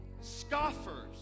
scoffers